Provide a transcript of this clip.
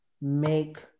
make